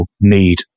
need